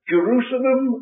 Jerusalem